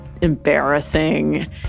embarrassing